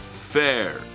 Fair